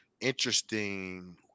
interesting